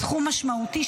סכום משמעותי,